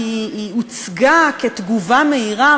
היא הוצגה כתגובה מהירה,